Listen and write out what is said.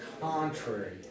contrary